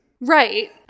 Right